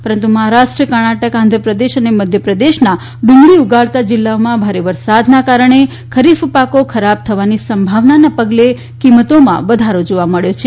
પરંતુ મહારાષ્ટ્ર કર્ણાટક આંધ્રપ્રદેશ મધ્યપ્રદેશના ડુંગળી ઉગાડતા જિલ્લાઓમાં ભારે વરસાદના કારણે ખરીફ પાકો ખરાબ થવાની સંભાવનાના પગલે કિંમતોમાં વધારો જોવા મળ્યો છે